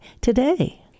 today